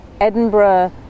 Edinburgh